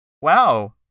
wow